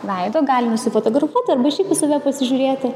veido gali nusifotografuoti arba šiaip į save pasižiūrėti